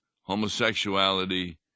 homosexuality